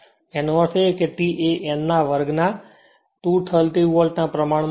એનો અર્થ એ કે T એ n ના વર્ગ T230 વોલ્ટના પ્રમાણમાં છે